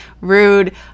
rude